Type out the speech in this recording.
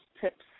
tips